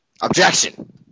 Objection